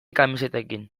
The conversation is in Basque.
kamisetekin